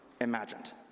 imagined